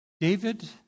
David